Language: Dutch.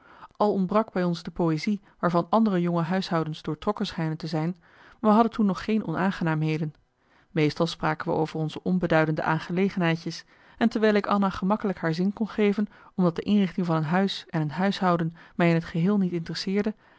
al ontbrak bij ons de poëzie waarvan andere jonge huishoudens doortrokken schijnen te zijn we hadden toen nog geen onaangenaamheden meestal spraken we over onze onbeduidende aangelegenheidjes en terwijl ik anna gemakkelijk haar zin kon geven omdat de inrichting van een huis en een huishouden mij in t geheel niet interesseerde